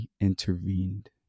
intervened